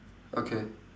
okay